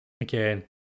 Again